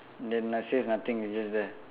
then na~ says nothing it's just there